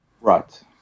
Right